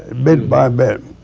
bit by bit.